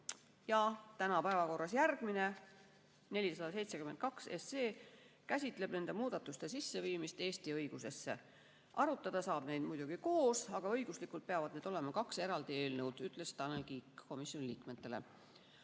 ja tänases päevakorras järgmine, 472 SE, käsitleb nende muudatuste sisseviimist Eesti õigusesse. Arutada saab neid muidugi koos, aga õiguslikult peavad need olema kaks eraldi eelnõu, ütles Tanel Kiik komisjoni liikmetele.